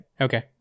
okay